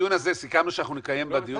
סיכמנו שאת הדיון הזה נקיים בהכנה